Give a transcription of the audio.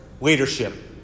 leadership